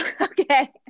okay